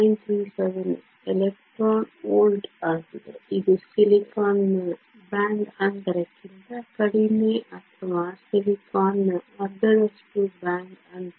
37 electron volt ಆಗಿದೆ ಇದು silicon ನ ಬ್ಯಾಂಡ್ ಅಂತರಕ್ಕಿಂತ ಕಡಿಮೆ ಅಥವಾ ಸಿಲಿಕಾನ್ನ ಅರ್ಧದಷ್ಟು ಬ್ಯಾಂಡ್ ಅಂತರ